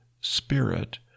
spirit